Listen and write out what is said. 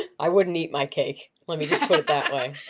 i wouldn't eat my cake. let me just put it that way.